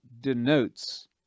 denotes